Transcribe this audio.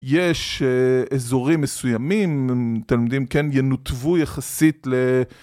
יש אזורים מסוימים, תלמידים כן, ינותבו יחסית ל...